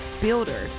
builder